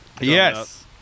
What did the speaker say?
yes